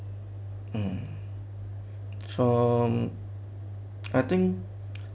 mm from I think